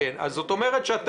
אומרת,